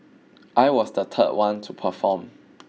I was the third one to perform